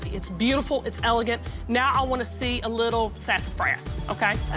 it's beautiful. it's elegant. now i want to see a little sassafras, okay?